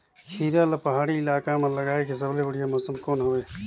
खीरा ला पहाड़ी इलाका मां लगाय के सबले बढ़िया मौसम कोन हवे?